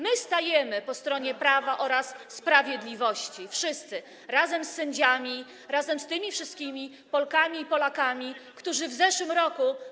My stajemy po stronie prawa oraz sprawiedliwości, wszyscy, razem z sędziami, razem z tymi wszystkimi Polkami i Polakami, którzy w zeszłym roku.